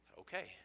Okay